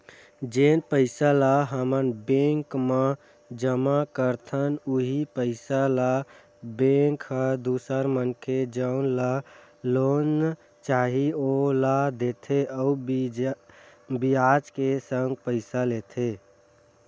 जेन पइसा ल हमन बेंक म जमा करथन उहीं पइसा ल बेंक ह दूसर मनखे जउन ल लोन चाही ओमन ला देथे अउ बियाज के संग पइसा लेथे